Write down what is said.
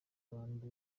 abandi